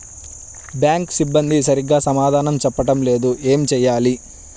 Bank సిబ్బంది సరిగ్గా సమాధానం చెప్పటం లేదు ఏం చెయ్యాలి?